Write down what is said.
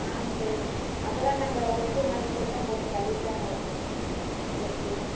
ம் சரிங்க அதெலாம் நாங்கள் உப்பு மஞ்சத்தூளெலாம் போட்டு கழுவி தாங்க வைப்போம் வெட்டி